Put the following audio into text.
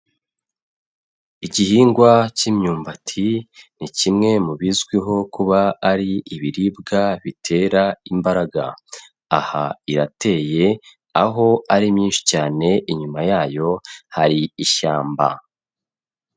Igihingwa cy'imyumbati ni kimwe mu bizwiho kuba ari ibiribwa bitera imbaraga, aha irateye aho ari myinshi cyane, inyuma yayo hari ishyamba.